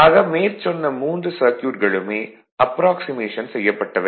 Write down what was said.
ஆக மேற்சொன்ன மூன்று சர்க்யூட்களுமே அப்ராக்சிமேஷன் செய்யப்பட்டவை